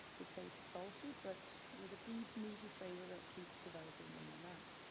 it tastes salty but with a deep, meaty flavor that keeps developing in my mouth.